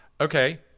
Okay